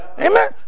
Amen